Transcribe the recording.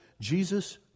Jesus